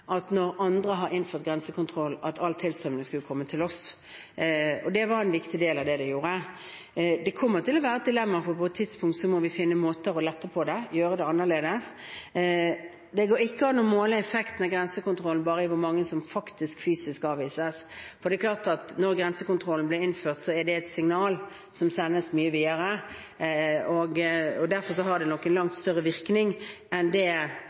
at all tilstrømmingen skulle komme til oss, når andre har innført grensekontroll. Og det så vi at det for en stor del gjorde. Det kommer til å være et dilemma, for på et tidspunkt må vi finne måter til å lette på dette og gjøre det annerledes. Det går ikke an å måle effekten av grensekontrollen bare ved å se på hvor mange som fysisk avvises, for det er klart at da grensekontrollen ble innført, var det et signal som ble sendt videre. Derfor har den nok en langt større virkning enn det